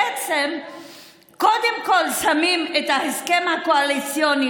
בעצם קודם כול שמים את ההסכם הקואליציוני